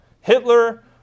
Hitler